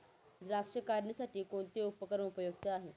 द्राक्ष काढणीसाठी कोणते उपकरण उपयुक्त आहे?